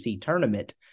tournament